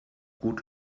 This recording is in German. gut